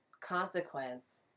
consequence